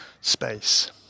space